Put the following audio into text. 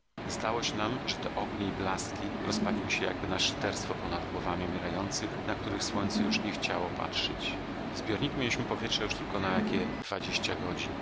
zdało się nam że te ognie i blaski rozpaliły się jakby na szyderstwo ponad głowami umierających na których słońce już nie chciało patrzyć w zbiorniku mieliśmy powietrza już tylko na jakie dwadzieścia godzin